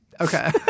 Okay